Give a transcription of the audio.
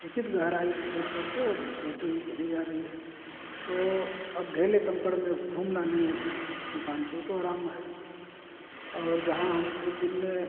उचित गहेराई सेट करके ओ बोती हुई चली जा रही है तो अब ढेले कंकड़ में घूमना नई है किसान को तो आराम है और जहाँ हम एक दिन में